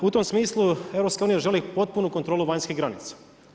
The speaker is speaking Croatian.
U tom smislu … želi potpunu kontrolu vanjskih granica.